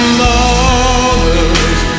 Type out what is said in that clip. mother's